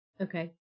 okay